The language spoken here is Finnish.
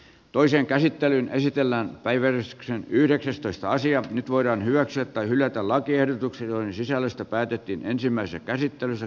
toiseen käsittelyyn esitellään päiväys on yhdeksästoista nyt voidaan hyväksyä tai hylätä lakiehdotukset joiden sisällöstä päätettiin ensimmäisessä käsittelyssä